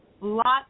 lots